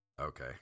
Okay